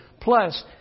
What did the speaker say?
Plus